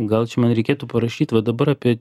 gal čia man reikėtų parašyt va dabar apie